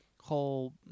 whole